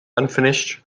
unfinished